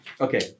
Okay